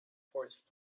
forest